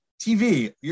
TV